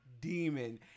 demon